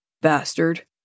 Bastard